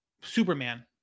Superman